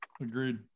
Agreed